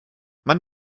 man